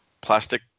plastic